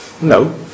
No